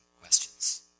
questions